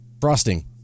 Frosting